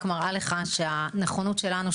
רק מראה לך שהנכונות שלנו,